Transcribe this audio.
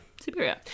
superior